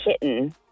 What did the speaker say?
kitten